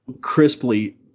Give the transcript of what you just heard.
crisply